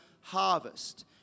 harvest